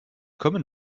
common